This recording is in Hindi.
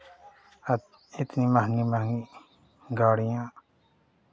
इतनी महंगी महंगी गाड़ियां